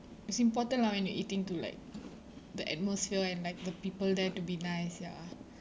it's important lah when you're eating to like the atmosphere and like the people there to be nice ya